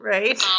Right